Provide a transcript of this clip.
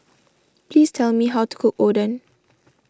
please tell me how to cook Oden